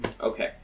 Okay